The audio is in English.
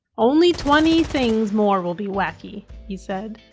only twenty things more will be wacky, he said.